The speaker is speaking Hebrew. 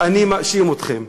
אני מאשים אתכם.